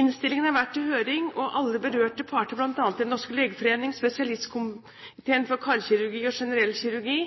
Innstillingen har vært til høring, og alle berørte parter, bl.a. Den norske legeforening, spesialistkomiteen for karkirurgi og generell kirurgi